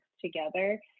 together